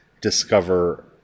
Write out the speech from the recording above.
discover